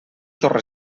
torre